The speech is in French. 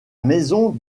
maison